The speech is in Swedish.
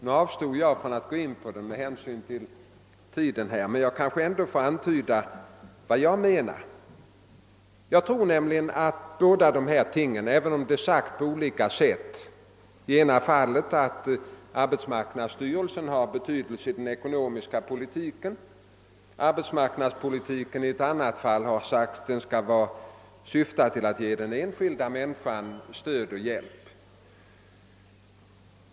Nu avstod jag från att gå in på frågorna med hänsyn till tiden, men jag får kanske ändå antyda vad jag menar. Det går enligt min mening att förena båda dessa ting även om det blivit sagt på olika sält. Å ena sidan har det framhållits att arbetsmarknadsstyrelsen har betydelse i fråga om den ekonomiska politiken och å andra sidan har det sagts att arbetsmarknadspolitiken skall syfta till att ge den enskilda människan stöd och hjälp.